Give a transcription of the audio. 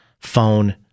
phone